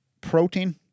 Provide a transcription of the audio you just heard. protein